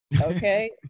Okay